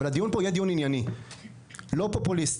אבל הדיון פה יהיה דיון ענייני ולא פופוליסטי,